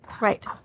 Right